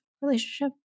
relationship